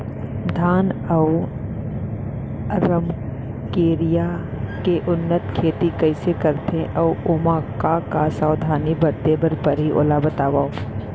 धान अऊ रमकेरिया के उन्नत खेती कइसे करथे अऊ ओमा का का सावधानी बरते बर परहि ओला बतावव?